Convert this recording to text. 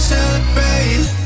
Celebrate